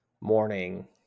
morning